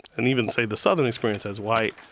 and even, say, the southern experience, as white,